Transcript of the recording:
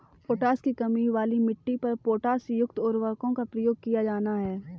potash की कमी वाली मिट्टी पर पोटाशयुक्त उर्वरकों का प्रयोग किया जाना है